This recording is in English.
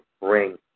ring